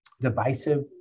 divisive